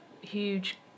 huge